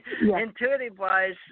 intuitive-wise